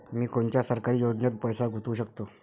मी कोनच्या सरकारी योजनेत पैसा गुतवू शकतो?